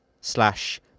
slash